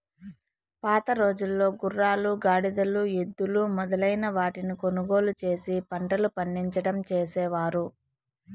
పాతరోజుల్లో గుర్రాలు, గాడిదలు, ఎద్దులు మొదలైన వాటిని కొనుగోలు చేసి పంటలు పండించడం చేసేవారు